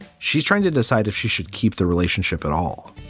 she's trying to decide if she should keep the relationship at all.